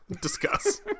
discuss